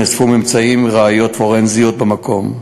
נאספו ממצאים וראיות פורנזיות במקום.